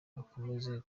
akomeje